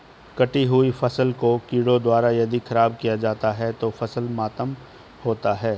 कटी हुयी फसल को कीड़ों द्वारा यदि ख़राब किया जाता है तो फसल मातम होता है